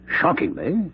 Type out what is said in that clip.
shockingly